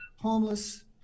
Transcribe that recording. homeless